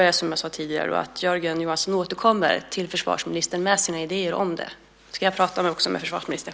Jag föreslår att Jörgen Johansson återkommer till försvarsministern med sina idéer om det. Jag ska också själv prata med försvarsministern.